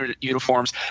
uniforms